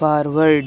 forward